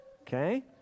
okay